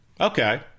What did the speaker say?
okay